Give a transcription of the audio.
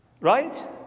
right